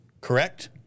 correct